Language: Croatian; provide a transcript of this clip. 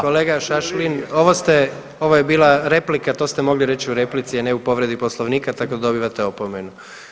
Kolega Šašlin ovo je bila replika, to ste mogli reći u replici a ne u povredi Poslovnika, tako da dobivate opomenu.